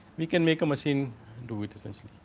we can make a machine do with essentially.